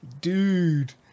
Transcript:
Dude